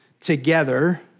together